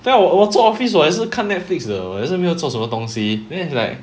在我我做 office 我也是看 Netflix 的我也是没有做什么东西 then it's like